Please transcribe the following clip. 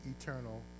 eternal